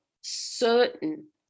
certain